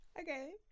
okay